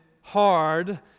hard